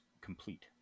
complete